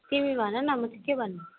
तिमी भन न म त के भन्नु